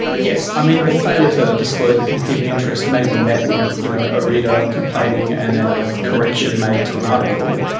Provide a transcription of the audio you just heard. yes, the failure to disclose a competing interest may be met with you know and a reader complaining and then a correction made to an article,